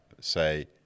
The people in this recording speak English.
say